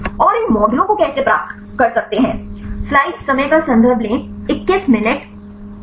और इन मॉडलों को कैसे प्राप्त कर सकते हैं